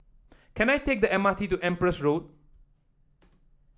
can I take the M R T to Empress Road